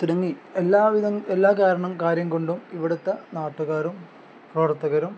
തുടങ്ങി എല്ലാവിധ എല്ലാ കാരണം കാര്യം കൊണ്ടും ഇവിടുത്തെ നാട്ടുകാരും പ്രവർത്തകരും